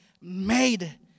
made